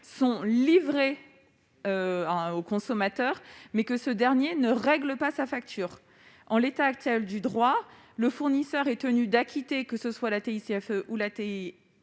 sont livrées à un consommateur, mais que ce dernier ne règle pas sa facture. En l'état actuel du droit, le fournisseur est tenu d'acquitter la taxe, dès lors